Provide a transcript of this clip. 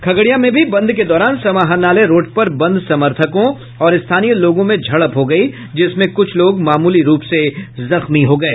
खगड़िया में भी बंद के दौरान समाहरणालय रोड पर बंद समर्थकों और स्थानीय लोगों में झड़प हो गयी जिसमें कुछ लोग मामूली रूप से जख्मी हो गये